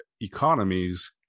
economies